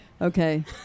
Okay